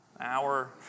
hour